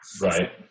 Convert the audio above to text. Right